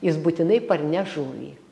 jis būtinai parneš žuvį